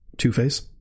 two-face